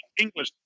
English